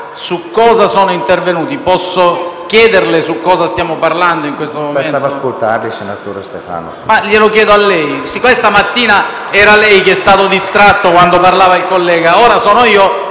su cosa intervenuti. Posso chiederle di cosa stiamo parlando in questo momento?